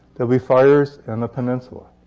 will be fires in the peninsula.